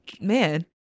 man